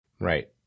Right